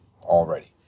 already